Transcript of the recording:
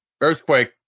Earthquake